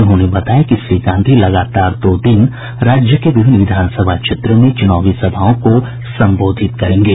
उन्होंने बताया कि श्री गांधी लगातार दो दिन राज्य के विभिन्न विधानसभा क्षेत्रों में चुनावी सभाओं को संबोधित करेंगे